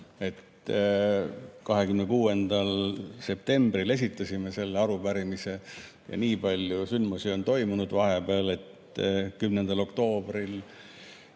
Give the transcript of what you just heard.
26. septembril esitasime selle arupärimise. Nii palju sündmusi on toimunud vahepeal. 10. oktoobril